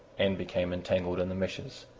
and became entangled in the meshes.